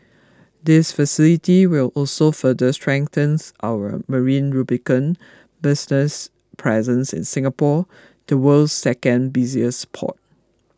this facility will also further strengthens our marine lubricant business's presence in Singapore the world's second busiest port